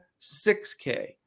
6k